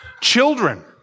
children